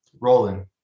Rolling